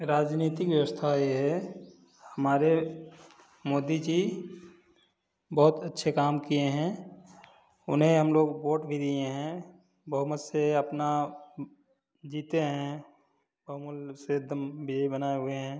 राजनीतिक व्यवस्था ये है हमारे मोदी जी बहुत अच्छे काम किए हैं उन्हें हम लोग वोट भी दिए हैं बहुमत से अपना जीते हैं बहुमूल्य से दम विजय बनाए हुए हैं